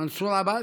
מנסור עבאס?